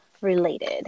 related